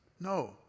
No